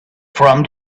from